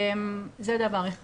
זה דבר אחד.